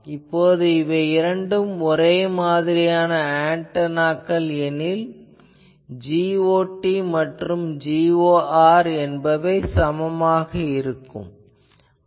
இப்போது இரண்டும் ஒரே மாதிரியான ஆன்டெனாக்கள் எனில் Got மற்றும் Gor என்பவை சமம் ஆகும்